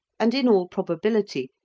and in all probability,